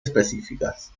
específicas